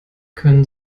können